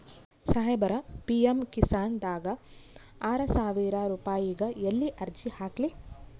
ಸಾಹೇಬರ, ಪಿ.ಎಮ್ ಕಿಸಾನ್ ದಾಗ ಆರಸಾವಿರ ರುಪಾಯಿಗ ಎಲ್ಲಿ ಅರ್ಜಿ ಹಾಕ್ಲಿ?